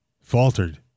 faltered